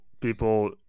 people